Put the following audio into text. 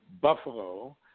Buffalo